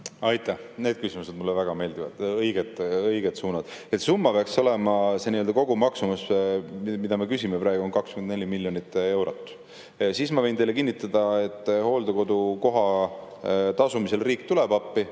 Aitäh! Need küsimused mulle väga meeldivad – õiged suunad. Summa peaks olema, kogusumma, mida me küsime praegu, on 24 miljonit eurot. Ja ma võin teile kinnitada, et hooldekodukoha tasumisel riik tuleb appi.